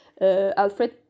Alfred